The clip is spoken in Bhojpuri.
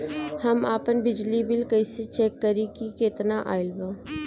हम आपन बिजली बिल कइसे चेक करि की केतना आइल बा?